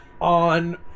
on